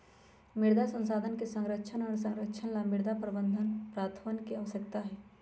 मृदा संसाधन के संरक्षण और संरक्षण ला मृदा प्रबंधन प्रथावन के आवश्यकता हई